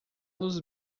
los